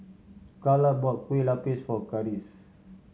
Calla bought Kueh Lapis for Karis